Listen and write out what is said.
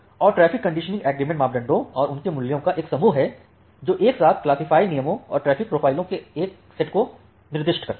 और traffic conditioning agreement मापदंडों और उनके मूल्यों का एक समूह है जो एक साथ क्लासिफाय नियमों और ट्रैफ़िक प्रोफाइल के एक सेट को निर्दिष्ट करते हैं